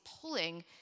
pulling